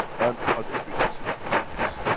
and, other creatures in the universe.